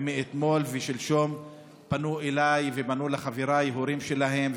ומאתמול ושלשום פנו אליי ופנו לחבריי ההורים שלהם,